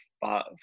five